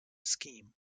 scheme